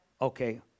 Okay